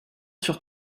sur